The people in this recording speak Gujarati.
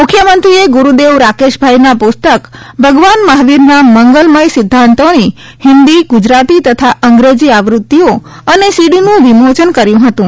મુખ્યમંત્રીએ ગુરૂદેવ રાકેશભાઈના પુસ્તક ભગવાન મહાવીરના મંગલમય સિદ્ધાંતોની હિન્દી ગુજરાતી તથા અંગ્રેજી આવૃત્તિઓ અને સીડીનું વિમોચન કર્યું હતું